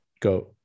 Go